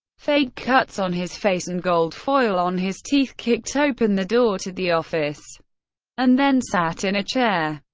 fake cuts on his face, and gold foil on his teeth, kicked open the door to the office and then sat in a chair.